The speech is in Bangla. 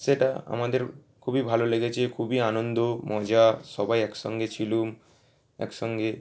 সেটা আমাদের খুবই ভালো লেগেছে খুবই আনন্দ মজা সবাই একসঙ্গে ছিলাম একসঙ্গে